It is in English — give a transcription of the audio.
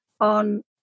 on